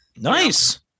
Nice